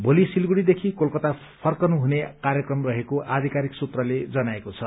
भोली सिलगढ़देखि कलकता फर्कनु हुने कार्यक्रम रहेको आधिकारिक सूत्रले जनाएको छ